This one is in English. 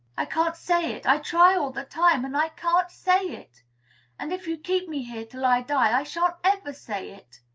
i can't say it. i try all the time, and i can't say it and, if you keep me here till i die, i shan't ever say it.